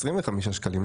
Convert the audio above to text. לא 25 שקלים?